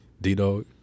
D-Dog